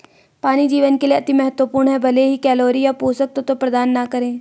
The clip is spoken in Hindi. पानी जीवन के लिए अति महत्वपूर्ण है भले ही कैलोरी या पोषक तत्व प्रदान न करे